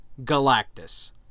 Galactus